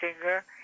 singer